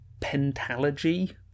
Pentalogy